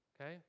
okay